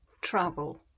TRAVEL